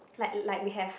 like like we have